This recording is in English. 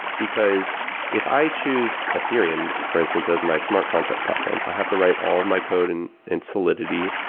because if i choose ethereum for instance as my smart contract platform, i have to write all of my code in and solidity,